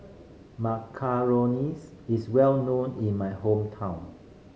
macarons is well known in my hometown